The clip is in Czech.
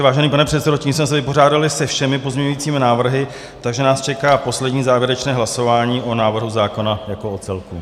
Vážený pane předsedo, tím jsme se vypořádali se všemi pozměňovacími návrhy, takže nás čeká poslední závěrečné hlasování o návrhu zákona jako o celku.